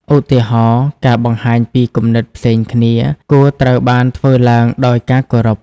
ឧទាហរណ៍ ការបង្ហាញពីគំនិតផ្សេងគ្នា គួរត្រូវបានធ្វើឡើងដោយការគោរព ។